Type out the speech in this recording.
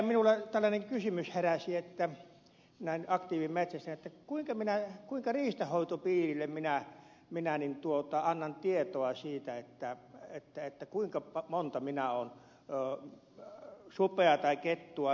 minulla tällainen kysymys heräsi näin aktiivimetsästäjänä kuinka minä annan tietoa riistanhoitopiirille siitä kuinka monta supia tai kettua minä olen metsästänyt